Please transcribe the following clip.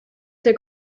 der